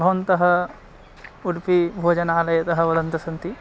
भवन्तः उडुपि भोजनालयतः वदन्तः सन्ति